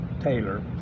taylor